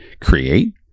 create